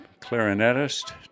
clarinetist